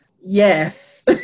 Yes